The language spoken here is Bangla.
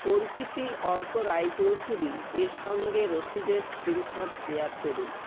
পরিচিতি অর্ক রায়চৌধুরীর সঙ্গে রসিদের স্ক্রিনশট শেয়ার করুন